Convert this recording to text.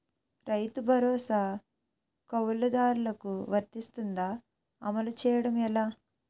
రైతు భరోసా కవులుదారులకు వర్తిస్తుందా? అమలు చేయడం ఎలా